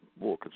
more